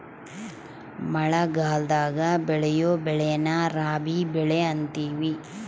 ಮಳಗಲದಾಗ ಬೆಳಿಯೊ ಬೆಳೆನ ರಾಬಿ ಬೆಳೆ ಅಂತಿವಿ